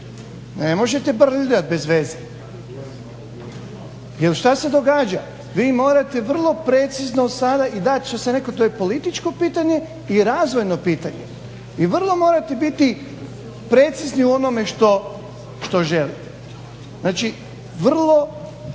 Ne možete brljat bezveze. Jer šta se događa, vi morate vrlo precizno sada i dat će se netko to je političko pitanje i razvojno pitanje i vrlo morate biti precizni u onome što želite. Znači, vrlo